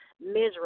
miserable